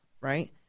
right